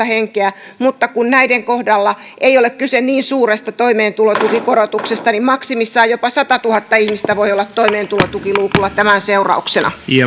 henkeä mutta kun näiden kohdalla ei ole kyse niin suuresta toimeentulotukikorotuksesta niin maksimissaan jopa satatuhatta ihmistä voi olla toimeentulotukiluukulla tämän seurauksena